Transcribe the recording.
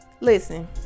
Listen